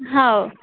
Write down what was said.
हो